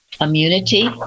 immunity